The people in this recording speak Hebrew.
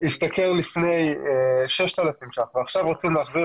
השתכר לפני 6,000 ₪ ועכשיו רוצים להחזיר